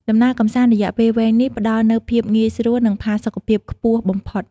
ដំណើរកម្សាន្តរយៈពេលវែងនេះ ផ្តល់នូវភាពងាយស្រួល និងផាសុកភាពខ្ពស់បំផុត។